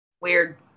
Weird